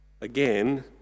again